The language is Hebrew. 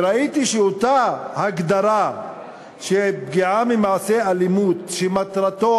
וראיתי שאותה הגדרה לפגיעה ממעשה אלימות שמטרתו